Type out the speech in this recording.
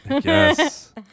Yes